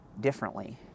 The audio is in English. differently